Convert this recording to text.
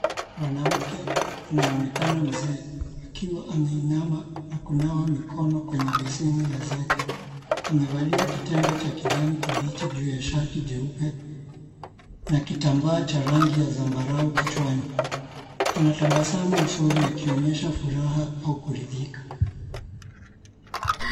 Mwanamke anayeonekana mzee akiwa ameinama na kunawa mikono kwenye beseni la zege. Amevalia kitenge ya kijani kibichi juu ya shati jeupe na kitambaa cha rangi ya zambarau kichwani. Anatabasamu usoni akionyesha furaha au kuridhika.